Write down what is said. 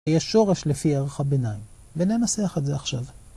יש שורש לפי ערך הביניים, וננסח את זה עכשיו.